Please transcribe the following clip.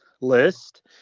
list